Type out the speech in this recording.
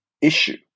issue